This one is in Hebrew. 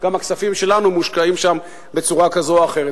גם הכספים שלנו מושקעים שם בצורה כזו או אחרת.